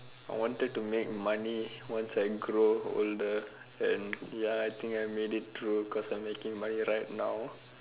I wanted to make money once I grow older and ya I think I made it true cause I'm making money right now